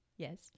Yes